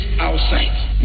outside